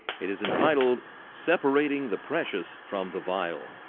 it is entitled separating the precious from the vile.